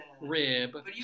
rib